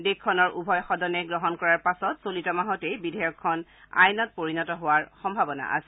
দেশখনৰ উভয় সদনে গ্ৰহণ কৰাৰ পাছত এই মাহতে বিধেয়কখন আইনত পৰিণত হোৱাৰ সম্ভাৱনা আছে